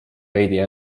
veidi